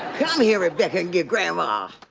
come here, rebecca grandma!